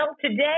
today